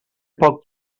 poc